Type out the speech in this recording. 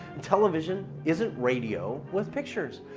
and television isn't radio with pictures.